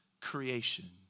creation